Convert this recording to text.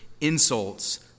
insults